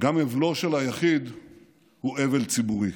גם אבלו של היחיד הוא אבל ציבורי.